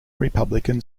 republican